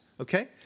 Okay